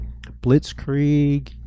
Blitzkrieg